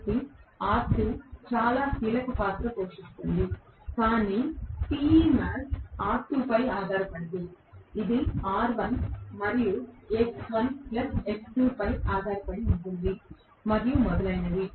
కాబట్టి R2 చాలా కీలక పాత్ర పోషిస్తోంది కానీ Temax R2 పై ఆధారపడదు ఇది R1 మరియు X1 X2 పై ఆధారపడి ఉంటుంది మరియు మొదలగునవి